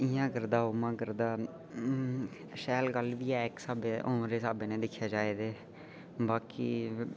इं'यां करदे उ'आं करदे शैल गल्ल बी ऐ हून दे स्हाबें दिक्खेआ जा ते